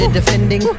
defending